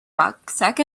rucksack